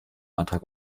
antrag